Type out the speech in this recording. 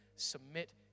submit